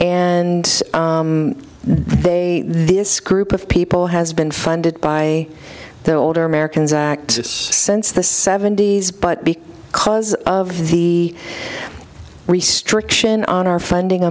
and they this group of people has been funded by the older americans act since the seventy's but because of the restriction on our funding